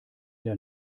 der